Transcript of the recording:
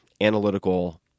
analytical